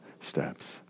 steps